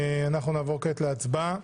נעבור כעת להצבעה.